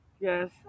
Yes